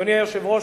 אדוני היושב-ראש,